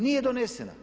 Nije donesena.